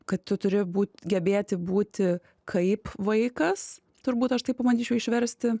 kad tu turi būt gebėti būti kaip vaikas turbūt aš tai pabandyčiau išversti